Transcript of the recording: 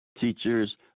teachers